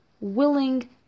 willing